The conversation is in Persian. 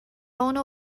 اونو